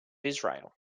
israel